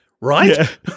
right